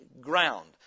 ground